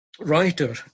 writer